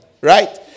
right